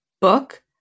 book